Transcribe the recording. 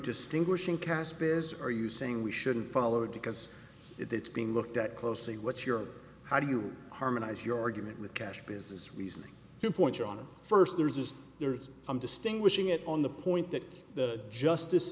distinguishing caste peers are you saying we shouldn't follow it because it's being looked at closely what's your how do you harmonize your argument with cash business reason to point you on a first there's just there's i'm distinguishing it on the point that the justice